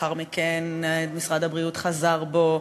ולאחר מכן משרד הבריאות חזר בו,